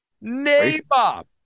Nabob